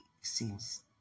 seems